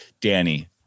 Danny